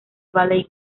valley